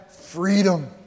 freedom